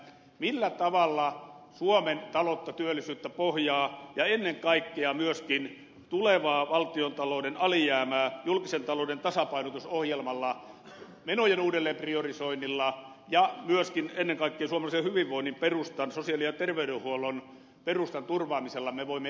millä tavalla suomen taloutta työllisyyspohjaa ja ennen kaikkea myöskin tulevaa valtiontalouden alijäämää julkisen talouden tasapainotusohjelmalla menojen uudelleen priorisoinnilla ja myöskin ennen kaikkea suomalaisen hyvinvoinnin perustan sosiaali ja terveydenhuollon perustan turvaamisella me voimme edistää